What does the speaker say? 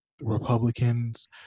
republicans